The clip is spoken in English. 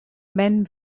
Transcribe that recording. men